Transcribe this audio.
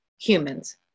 humans